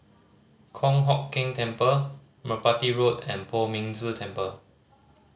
Kong Hock Keng Temple Merpati Road and Poh Ming Tse Temple